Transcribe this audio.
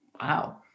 Wow